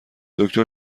دکتر